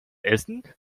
essen